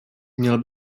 měl